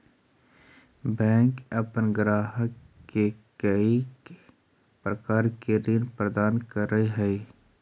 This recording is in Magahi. बैंक अपन ग्राहक के कईक प्रकार के ऋण प्रदान करऽ हइ